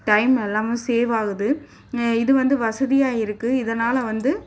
time எல்லாமே save ஆகுது இது வந்து வசதியாக இருக்குது இதனால் வந்து